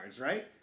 right